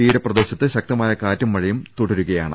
തീരപ്രദേശത്ത് ശക്ത മായ കാറ്റും മഴയും തുടരുകയാണ്